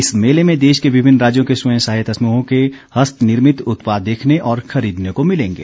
इस मेले में देश के विभिन्न राज्यों के स्वयं सहायता समूहों के हस्तनिर्मित उत्पाद देखने और खरीदने को मिलेंगे